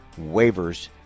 waivers